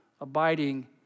abiding